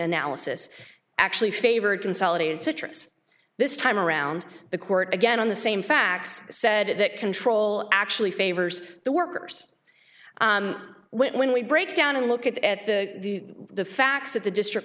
analysis actually favored consolidated citrus this time around the court again on the same facts said that control actually favors the workers when we break down and look at the the facts of the district